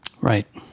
Right